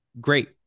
Great